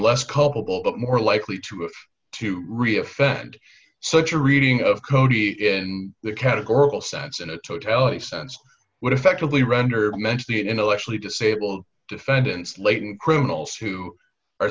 less culpable but more likely to have to re offend such a reading of cody in the categorical sense in a totality sense would effectively render mentioning intellectually disabled defendants laden criminals who are